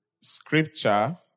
scripture